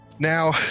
Now